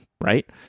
right